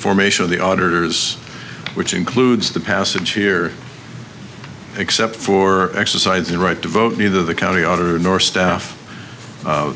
formation of the auditor's which includes the passage here except for exercise the right to vote neither the county auditor nor staff